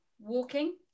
walking